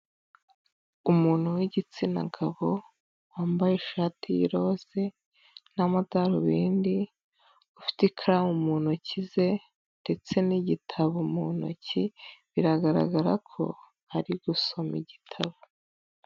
Umuntu w'igitsina gabo wambaye ishati y'iroze n'amadarubindi, ufite ikaramu mu ntoki ze ndetse nigitabo mu ntoki, biragaragara ko ari gusoma igitabo.